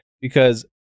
Because-